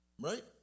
right